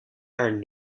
are